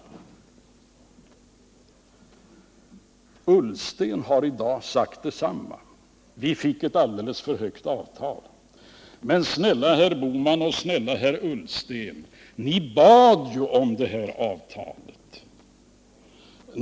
Ola Ullsten har i dag sagt detsamma: ”Vi fick ett alldeles för högt avtal”. Men snälle herr Bohman och snälle herr Ullsten! Ni bad ju om detta avtal!